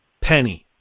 penny